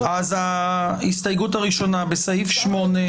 ההסתייגות הראשונה בסעיף 8,